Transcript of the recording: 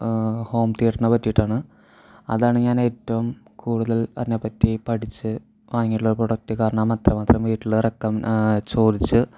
home തീയറ്ററിനെ പറ്റിയിട്ടാണ് അതാണ് ഞാൻ ഏറ്റവും കൂടുതൽ അതിനെപ്പറ്റി പഠിച്ച് വാങ്ങിയിട്ടുള്ള പ്രോഡക്ട് കാരണം അത്രമാത്രം വീട്ടിൽ ചോദിച്ച്